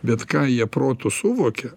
bet ką jie protu suvokia